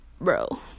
bro